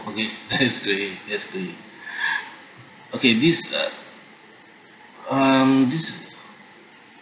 okay that's great that's great okay this uh um this